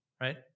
right